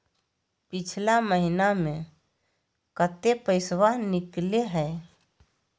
पिछला महिना मे कते पैसबा निकले हैं?